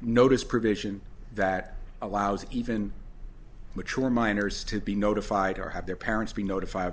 notice provision that allows even mature minors to be notified or have their parents be notified